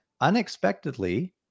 unexpectedly